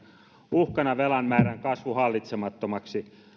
uhkana on velan määrän kasvu hallitsemattomaksi